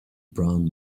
brown